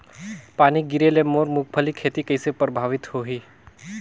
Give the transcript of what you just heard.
पानी गिरे ले मोर मुंगफली खेती कइसे प्रभावित होही?